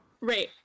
right